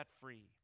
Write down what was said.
free